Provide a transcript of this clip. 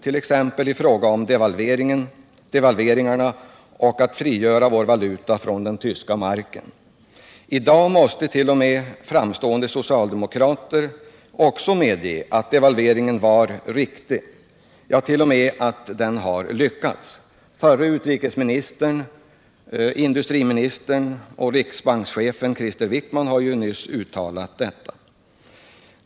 Man har exempelvis protesterat mot devalveringarna och frigörandet av vår valuta från den tyska marken. I dag måste t.o.m. framstående socialdemokrater medge att devalveringen var riktig, ja t.o.m. att den har lyckats. Den förre utrikesministern, inrikesministern och riksbankschefen Krister Wickman har nyligen uttalat detta.